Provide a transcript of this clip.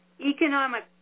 economic